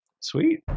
sweet